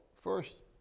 first